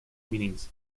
meanings